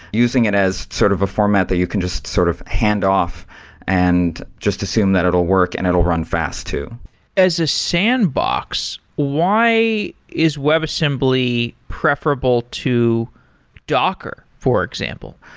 using it as sort of a format that you can just sort of handoff and just assume that it will work and it will run fast too as a sandbox, why is webassembly preferable to docker, for example?